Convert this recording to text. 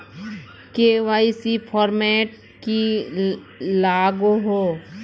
KYC format की लागोहो?